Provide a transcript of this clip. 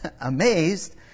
amazed